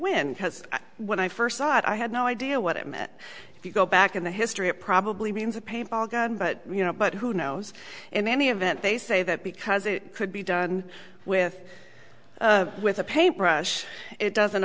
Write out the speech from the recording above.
win because when i first saw it i had no idea what it meant if you go back in the history it probably means a paint ball gun but you know but who knows in any event they say that because it could be done with with a paintbrush it doesn't